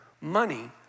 money